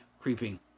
creeping